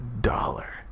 dollar